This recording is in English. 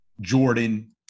Jordan